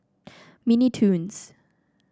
Mini Toons